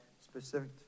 specific